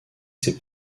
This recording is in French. ses